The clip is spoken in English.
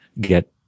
get